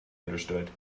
understood